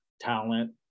talent